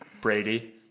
Brady